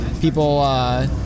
people